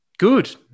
Good